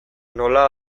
nola